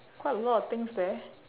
quite a lot of things there